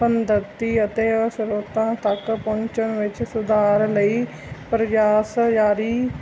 ਹਮਦਰਦੀ ਅਤੇ ਸਰੋਤਾਂ ਤੱਕ ਪਹੁੰਚਣ ਵਿੱਚ ਸੁਧਾਰ ਲਈ ਪ੍ਰਯਾਸ ਜਾਰੀ